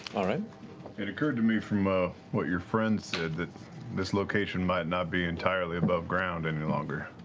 ah it it occurred to me from ah what your friend said that this location might not be entirely above ground any longer.